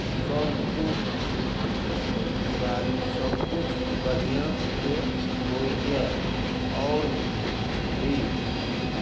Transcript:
सभकिछु खेतीबाड़ी सभकिछु बढ़िआँसँ होइए आओर भी